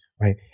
right